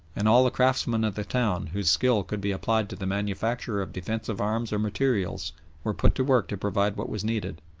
and all the craftsmen of the town whose skill could be applied to the manufacture of defensive arms or materials were put to work to provide what was needed,